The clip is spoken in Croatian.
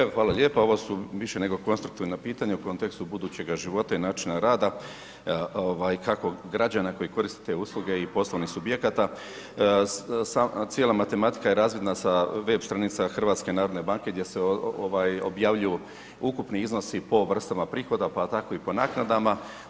Evo hvala lijepa, ovo su više nego konstruktivna pitanja u kontekstu budućega života i načina rada kako građana koji koriste te usluge i poslovnih subjekata, cijela matematika je razvidna sa web stranica HNB-a gdje se ovaj objavljuju ukupni iznosi po vrstama prihoda, pa tako i po naknadama.